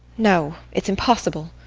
no, it's impossible!